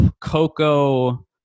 coco